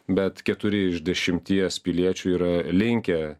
bet keturi iš dešimties piliečių yra linkę